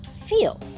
feel